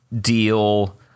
deal